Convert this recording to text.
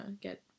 get